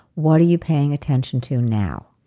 what are you paying attention to now?